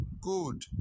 Good